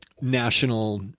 national